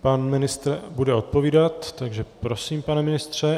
Pan ministr bude odpovídat, takže prosím, pane ministře.